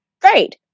great